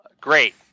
great